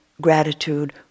gratitude